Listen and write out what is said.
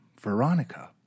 Veronica